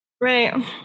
Right